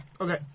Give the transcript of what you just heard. Okay